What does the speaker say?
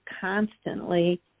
constantly